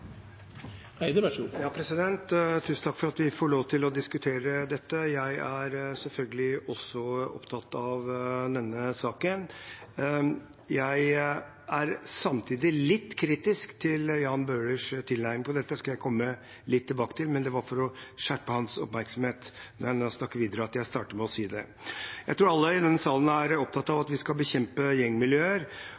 selvfølgelig også opptatt av denne saken, men jeg er samtidig litt kritisk til Jan Bøhlers tilnærming til den. Det skal jeg komme litt tilbake til, men det var for å skjerpe hans oppmerksomhet, når jeg nå snakker videre, at jeg startet med å si det. Jeg tror alle i denne salen er opptatt av